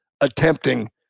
attempting